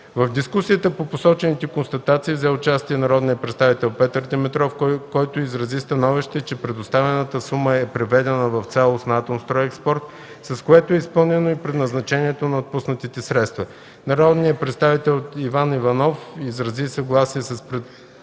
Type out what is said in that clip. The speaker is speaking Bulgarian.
В дискусията по посочената констатация взе участие народният представител Петър Димитров, който изрази становище, че предоставената сума е преведена в цялост на „Атомстройекспорт”, с което е изпълнено и предназначението на отпуснатите средства. Народният представител Иван Иванов изрази съгласие с представените